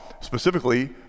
specifically